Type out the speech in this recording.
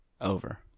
Over